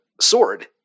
Sword